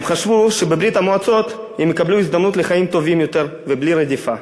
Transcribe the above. הם חשבו שבברית-המועצות הם יקבלו הזדמנות לחיים טובים יותר ובלי רדיפה,